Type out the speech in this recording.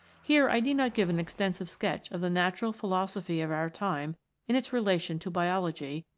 here i need not give an extensive sketch of the natural philosophy of our time in its relation to biology,